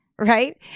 right